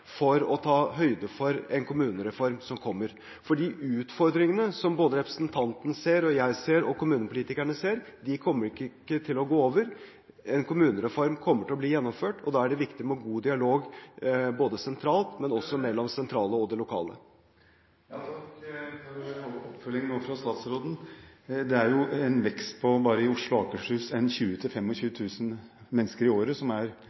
for å ta høyde for en kommunereform som kommer, fordi utfordringene som både representanten ser, jeg ser, og kommunepolitikerne ser, kommer ikke til å gå over. En kommunereform kommer til å bli gjennomført, og da er det viktig med god dialog både sentralt og mellom det sentrale og det lokale. Takk for oppfølgingen fra statsråden. Det er en vekst bare i Oslo og Akershus på 20 000–25 000 mennesker i året, som